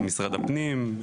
במשרד הפנים,